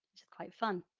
which is quite fun.